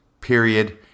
period